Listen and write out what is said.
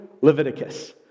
Leviticus